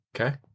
Okay